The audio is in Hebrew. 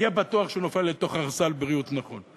יהיה בטוח שהוא נופל לתוך ערסל בריאות נכון.